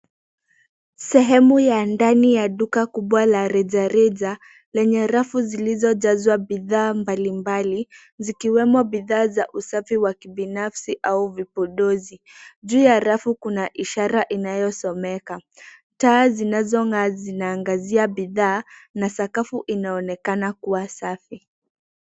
Sehemu ya ndani ya duka kubwa la rejareja lenye rafu zilizojazwa bidhaa mbalimbali zikiwemo bidhaa za usafi wa kibinafsi au vipodozi. Juu ya rafu kuna ishara inayosomeka. Taa zinazong'aa zinaangazia bidhaa na sakafuni inaonekana kuwa safi.